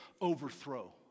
overthrow